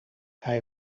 hij